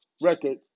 record